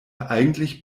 eigentlich